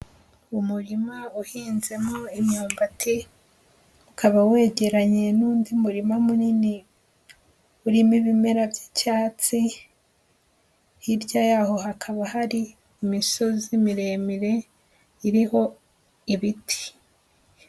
Umurima uhinzemo imyumbati, ukaba wegeranye n'undi murima munini urimo ibimera by'icyatsi, hirya yaho hakaba hari imisozi miremire iriho ibiti.